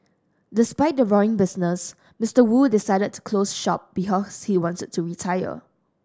despite the roaring business Mister Wu decided to close shop because he wants to retire